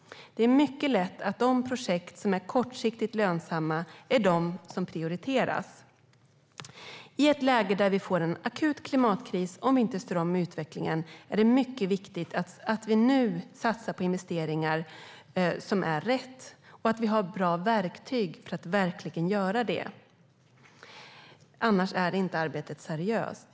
Det är mycket lätt att de projekt som är kortsiktigt lönsamma är de som prioriteras. I ett läge där vi får en akut klimatkris om vi inte styr om utvecklingen är det mycket viktigt att vi nu satsar på rätt investeringar och att vi har bra verktyg för att verkligen göra det, annars är arbetet inte seriöst.